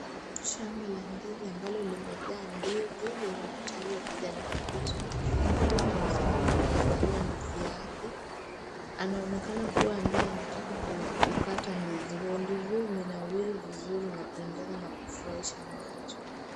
Shamba la ndizi ambalo limejaa ndizi zenye majani ya rangi ya kijani kibichi mkulima amesimama akiangalia yake anaonekana kuwa anataka kukata ndizi huo ndizi huu umenawiri vizuri inapendeza na kufurahisha macho.